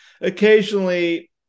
occasionally